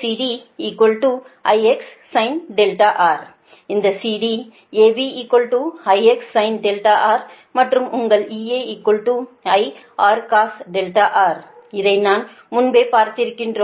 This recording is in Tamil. CD IX sinR இந்த CD AB IX sin R மற்றும் உங்கள் EA |I| R cos R இதை நாம் முன்பே பார்த்திருக்கிறோம்